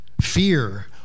fear